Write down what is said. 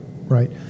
right